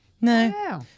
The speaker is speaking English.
No